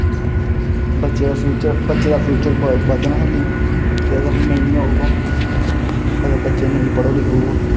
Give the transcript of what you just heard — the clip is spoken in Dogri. बच्चे दा फ्यूचर बच्चे दा फ्यूचर बधना ऐ हली अगर नेईं होग अगर बच्चा नेईं पढ़ग लिखग